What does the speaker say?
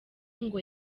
ngo